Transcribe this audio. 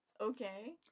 Okay